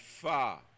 far